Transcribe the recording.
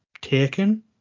Taken